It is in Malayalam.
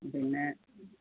പിന്നെ